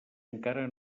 encara